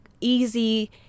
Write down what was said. easy